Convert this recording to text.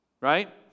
right